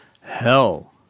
hell